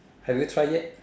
have you tried yet